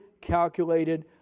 calculated